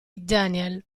daniel